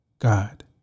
God